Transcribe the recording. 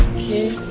you